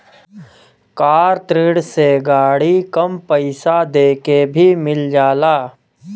कार ऋण से गाड़ी कम पइसा देके भी मिल जाला